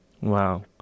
Wow